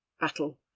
battle